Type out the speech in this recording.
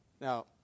Now